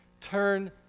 Turn